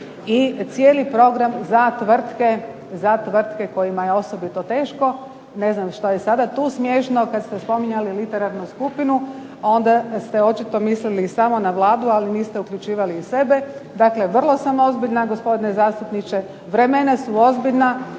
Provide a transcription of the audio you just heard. i cijeli program za tvrtke kojima je osobito teško. Ne znam šta je sada tu smiješno kad ste spominjali literarnu skupinu onda ste očito mislili samo na Vladu, ali niste uključivali i sebe. Dakle vrlo sam ozbiljna gospodine zastupniče, vremena su ozbiljna